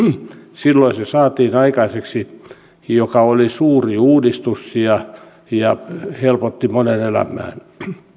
silloin se saatiin aikaiseksi mikä oli suuri uudistus ja ja helpotti monen elämää